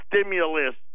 stimulus